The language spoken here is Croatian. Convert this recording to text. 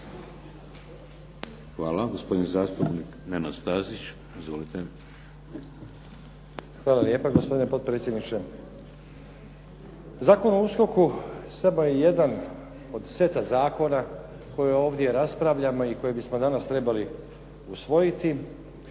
(HDZ)** Hvala. Gospodin zastupnik Nenad Stazić. **Stazić, Nenad (SDP)** Hvala lijepa gospodine potpredsjedniče. Zakon o USKOK-u samo je jedan od seta zakona koje ovdje raspravljamo i koje bismo danas trebali usvojiti